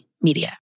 Media